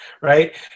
right